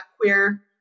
queer